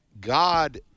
God